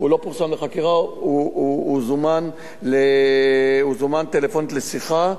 הוא לא זומן לחקירה, הוא זומן טלפונית לשיחה.